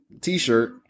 t-shirt